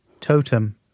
Totem